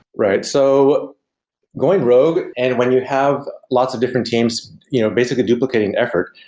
right. so going rogue, and when you have lots of different teams you know basically duplicating effort,